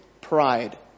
pride